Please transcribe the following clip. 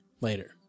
later